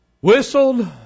Whistled